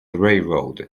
railroad